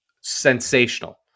sensational